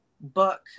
book